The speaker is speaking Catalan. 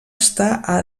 estar